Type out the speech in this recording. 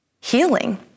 healing